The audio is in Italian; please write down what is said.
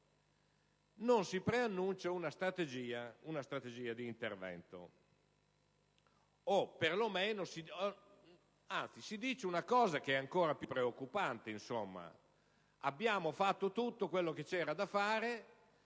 non si preannuncia una strategia di intervento;